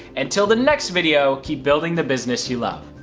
until the next video, keep building the business you love.